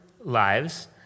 lives